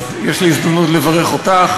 אז יש לי הזדמנות לברך אותך.